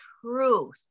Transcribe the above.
truth